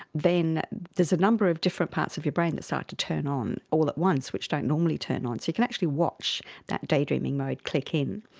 then there's a number of different parts of your brain that start to turn on all at once which don't normally turn on, so you can actually watch that daydreaming mode click in.